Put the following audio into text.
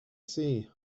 see